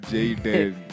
Jaden